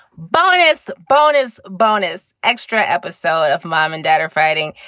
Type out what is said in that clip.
bonus, bonus, bonus, extra episode of mom and dad are fighting.